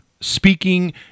speaking